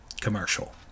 commercial